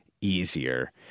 easier